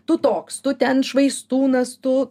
tu toks tu ten švaistūnas tu